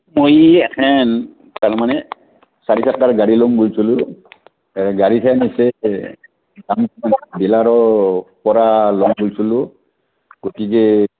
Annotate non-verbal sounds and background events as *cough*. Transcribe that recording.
*unintelligible* গাড়ীখেন *unintelligible* ডিলাৰৰ পৰা ল'ম *unintelligible* গতিকে